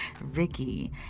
Ricky